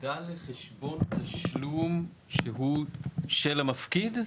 הפקדה לחשבון תשלום שהוא של המפקיד?